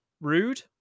rude